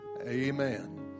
Amen